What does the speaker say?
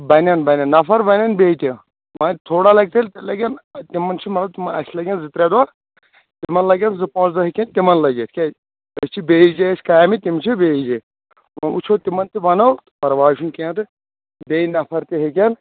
بَنٮ۪ن بَنٮ۪ن نَفَر بَنٮ۪ن بیٚیہِ تہِ وۄنۍ تھوڑا لَگہِ تیٚلہِ تیٚلہِ لَگن تِمن چھُ مطلب اَسہِ لگن زٕ ترٛےٚ دۄہ تِمن لگن زٕ پانژھ دۄہ ہیٚکن تِمن لٔگِتھ کیازِ أسۍ چھِ بیٚیس جایہِ حظ کامہِ تم چھِ بیٚیِس جایہِ وۄنۍ وٕچھو تِمن تہِ وَنو پرواے چھُنہٕ کینہہ تہٕ بیٚیہِ فَفَر تہِ ہیٚکن